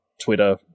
Twitter